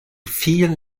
vielen